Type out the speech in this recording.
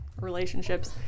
relationships